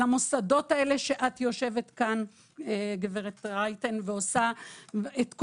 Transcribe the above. על המוסדות האלה שאת יושבת פה גב' רייטן ועושה כל